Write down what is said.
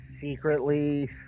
secretly